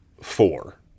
four